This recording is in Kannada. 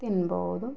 ತಿನ್ಬೌದು